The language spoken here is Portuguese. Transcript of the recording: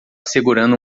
segurando